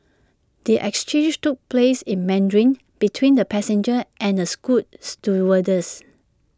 the exchange took place in Mandarin between the passenger and A scoot stewardess